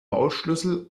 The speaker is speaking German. maulschlüssel